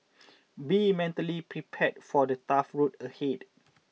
be mentally prepared for the tough road ahead